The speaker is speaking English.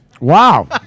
Wow